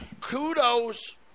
kudos